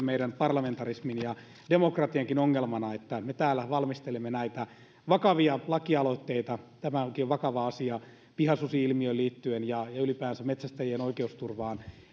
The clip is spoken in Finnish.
meidän parlamentarismin ja demokratiankin ongelmana että me täällä valmistelemme näitä vakavia lakialoitteita tämäkin on vakava asia pihasusi ilmiöön ja ylipäänsä metsästäjien oikeusturvaan